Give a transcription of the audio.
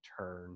turn